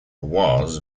was